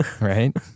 Right